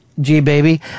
G-Baby